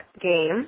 game